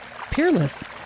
peerless